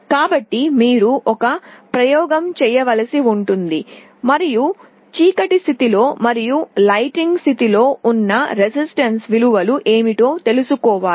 కాబట్టి మీరు ఒక ప్రయోగం చేయవలసి ఉంటుంది మరియు చీకటి స్థితిలో మరియు లైటింగ్ స్థితిలో ఉన్న ప్రతిఘటన విలువలు ఏమిటో తెలుసుకోవాలి